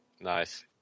Nice